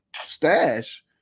stash